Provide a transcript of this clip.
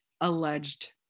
alleged